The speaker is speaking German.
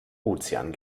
ozean